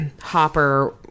Hopper